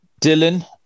Dylan